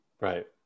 right